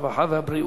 הרווחה והבריאות.